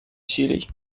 усилий